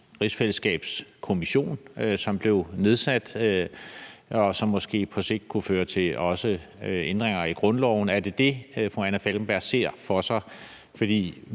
rigsfællesskabskommission, som måske også på sigt kunne føre til ændringer i grundloven? Er det det, fru Anna Falkenberg ser for sig?